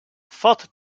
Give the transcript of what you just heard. fot